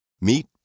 Meet